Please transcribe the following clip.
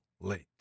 late